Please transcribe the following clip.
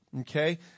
Okay